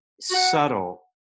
subtle